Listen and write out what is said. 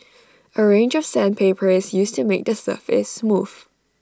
A range of sandpaper is used to make the surface smooth